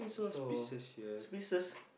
so speechless